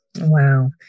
Wow